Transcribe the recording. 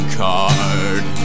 card